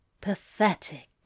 Pathetic